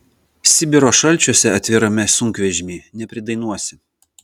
sibiro šalčiuose atvirame sunkvežimy nepridainuosi